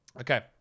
Okay